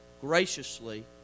graciously